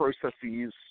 processes